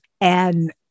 and-